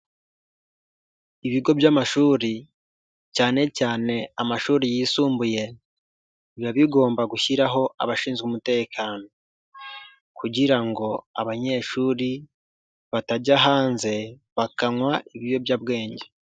Ibigo by'amashuri, cyane cyane amashuri yisumbuye, biba bigomba gushyiraho abashinzwe umutekano, kugira ngo abanyeshuri batajya hanze bakanywa ibiyobyabwenge.